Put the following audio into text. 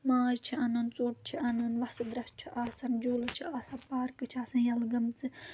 ماز چھِ اَنَان ژوٚٹ چھِ اَنَان وَسہٕ درٛوٚسہٕ چھُ آسن جولہٕ چھِ آسان پارکہٕ چھِ آسان یَلہٕ گَمژٕ